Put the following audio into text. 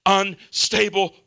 unstable